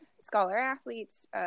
scholar-athletes